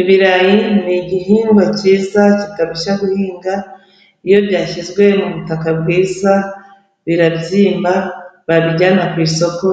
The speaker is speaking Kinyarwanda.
Ibirayi ni igihingwa cyiza kitarushya guhinga, iyo byashyizwe mu butaka bwiza birabyimba, babijyana ku isoko